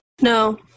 No